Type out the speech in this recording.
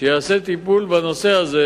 שייעשה טיפול בנושא הזה,